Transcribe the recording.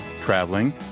traveling